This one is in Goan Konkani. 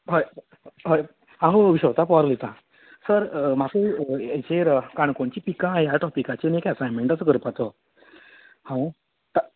हय हय हांव विश्वनाथ पवार उलयतां सर म्हाका हेचेर काणकोणची पिकां ह्या टोपिकासून असांयमेंट आसा करपाचो हांव